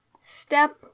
step